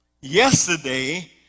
Yesterday